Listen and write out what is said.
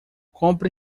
compre